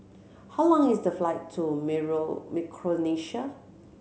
how long is the flight to Micronesia